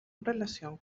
relación